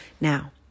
Now